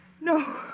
No